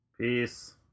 Peace